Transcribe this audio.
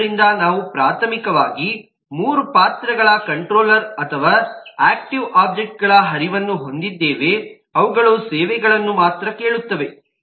ಆದ್ದರಿಂದ ನಾವು ಪ್ರಾಥಮಿಕವಾಗಿ ಮೂರು ಪಾತ್ರಗಳ ಕಂಟ್ರೋಲರ್ ಅಥವಾ ಆಕ್ಟಿವ್ ಒಬ್ಜೆಕ್ಟ್ಗಳ ಹರಿವನ್ನು ಹೊಂದಿದ್ದೇವೆ ಅವುಗಳು ಸೇವೆಗಳನ್ನು ಮಾತ್ರ ಕೇಳುತ್ತವೆ